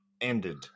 ended